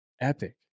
epic